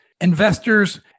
investors